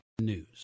news